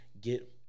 Get